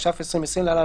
התש"ף 2020 (להלן,